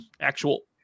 actual